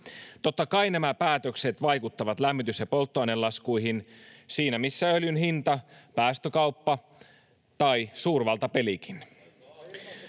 Totta kai nämä päätökset vaikuttavat lämmitys- ja polttoainelaskuihin siinä missä öljyn hinta, päästökauppa tai suurvaltapelikin.